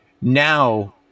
now